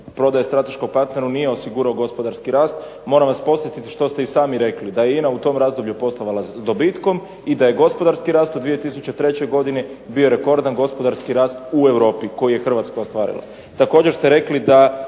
prodaje strateškom partneru nije osigurao gospodarski rast. Moram vas podsjetiti što ste i sami rekli, da je INA u tom razdoblju poslovala sa dobitkom i da je gospodarski rast u 2003. godini bio rekordan gospodarski rast u Europi koji je Hrvatska ostvarila.